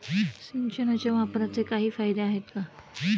सिंचनाच्या वापराचे काही फायदे आहेत का?